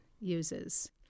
uses